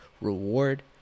reward